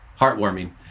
heartwarming